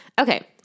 Okay